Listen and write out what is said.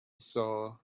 saw